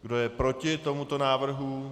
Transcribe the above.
Kdo je proti tomuto návrhu?